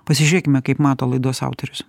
pasižiūrėkime kaip mato laidos autorius